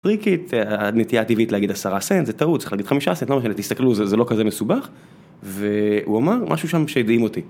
פריקית, הנטייה הטבעית להגיד עשרה סנט, זה טעות, צריך להגיד חמישה סנט, לא משנה, תסתכלו, זה לא כזה מסובך. והוא אמר, משהו שם שהדהים אותי.